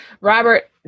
Robert